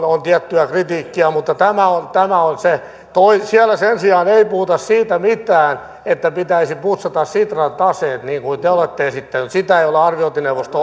on tiettyä kritiikkiä mutta tämä on tämä on se siellä sen sijaan ei puhuta siitä mitään että pitäisi putsata sitran taseet niin kuin te te olette esittänyt sitä ei ole arviointineuvosto